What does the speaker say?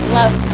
love